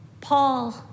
Paul